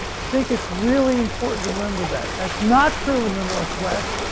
i think it's really important to remember that. that's not true in the northwest,